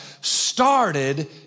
started